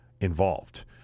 involved